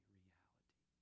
reality